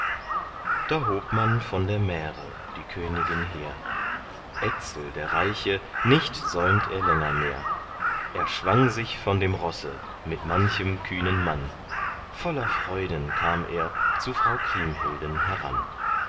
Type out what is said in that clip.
da hob man von der mähre die königin hehr etzel der reiche nicht säumt er länger mehr er schwang sich von dem rosse mit manchem kühnen mann voller freuden kam er zu frau kriemhilden heran